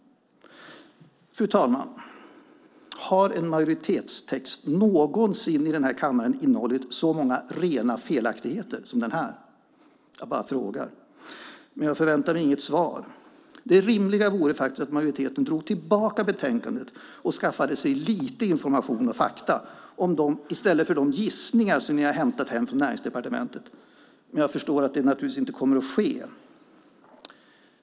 Fru ålderspresident! Har en majoritetstext någonsin i den här kammaren innehållit så många rena felaktigheter som den här? Jag bara frågar. Men jag förväntar mig inget svar. Det rimliga vore faktiskt att majoriteten drog tillbaka betänkandet och skaffade sig lite information och fakta i stället för de gissningar som ni har hämtat från Näringsdepartementet. Jag förstår att det naturligtvis inte kommer att ske.